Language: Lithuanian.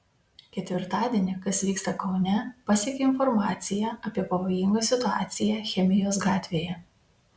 ketvirtadienį kas vyksta kaune pasiekė informacija apie pavojingą situaciją chemijos gatvėje